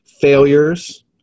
failures